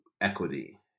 equity